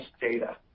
data